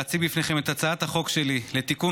להציג בפניכם את הצעת החוק שלי לתיקון